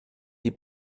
die